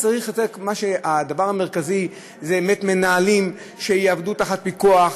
הדבר המרכזי זה באמת מנהלים שיעמדו תחת פיקוח,